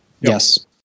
Yes